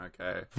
okay